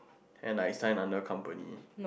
and like times under company